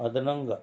అదనంగా